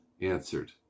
answered